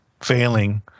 failing